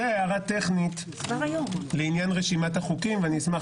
זו הערה טכנית לעניין רשימת החוקים ואשמח